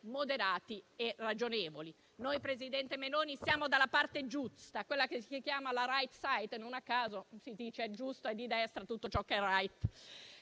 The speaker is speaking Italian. moderati e ragionevoli. Noi, presidente Meloni, siamo dalla parte giusta, quella che si chiama la *right side* (non a caso si dice che è giusto e di destra tutto ciò che è *right*),